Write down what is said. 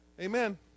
Amen